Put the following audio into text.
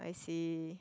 I see